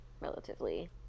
relatively